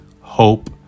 hope